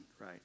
right